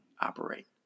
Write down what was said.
operate